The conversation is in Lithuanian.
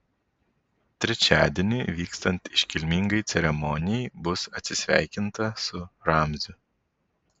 trečiadienį vykstant iškilmingai ceremonijai bus atsisveikinta su ramziu